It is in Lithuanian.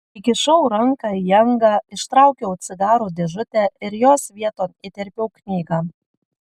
įkišau ranką į angą ištraukiau cigarų dėžutę ir jos vieton įterpiau knygą